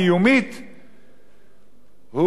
מסכן את קיומה של מדינת ישראל.